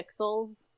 pixels